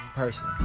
person